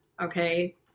Okay